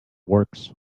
works